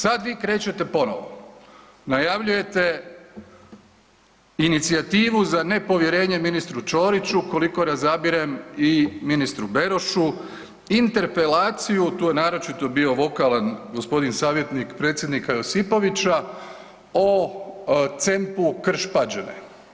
Sad vi krećete ponovo, najavljujete inicijativu za nepovjerenje ministru Ćoriću koliko razabirem i ministru Berošu interpelaciju, tu je naročito bio vokalan gospodin savjetnik predsjednika Josipovića o CEMP-u Krš-Pađene.